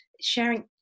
sharing